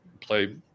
play